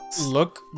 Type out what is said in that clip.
look